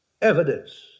Evidence